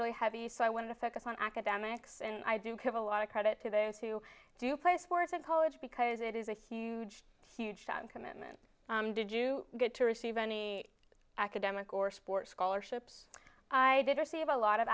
really heavy so i want to focus on academics and i do have a lot of credit to those who do play sports at college because it is a huge huge time commitment did you get to receive any academic or sports scholarships i did receive a lot of